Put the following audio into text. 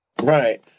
Right